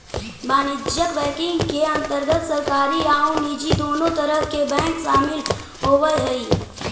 वाणिज्यिक बैंकिंग के अंतर्गत सरकारी आउ निजी दुनों तरह के बैंक शामिल होवऽ हइ